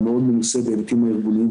המאיצים,